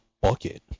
bucket